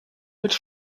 mit